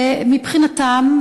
ומבחינתם,